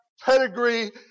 pedigree